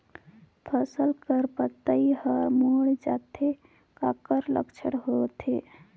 फसल कर पतइ हर मुड़ जाथे काकर लक्षण होथे?